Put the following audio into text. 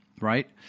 right